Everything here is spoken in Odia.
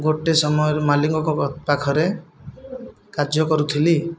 ଗୋଟିଏ ସମୟରେ ମାଲିକଙ୍କ ପାଖରେ କାର୍ଯ୍ୟ କରୁଥିଲି